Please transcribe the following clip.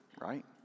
right